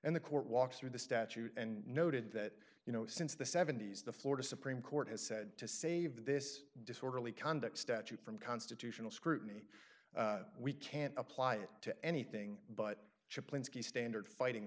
and the court walks through the statute and noted that you know since the seventy's the florida supreme court has said to save this disorderly conduct statute from constitutional scrutiny we can't apply it to anything but the standard fighting